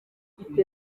muri